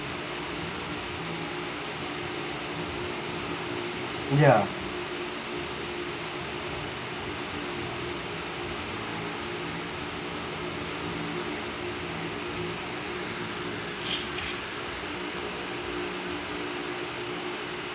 ya